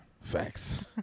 Facts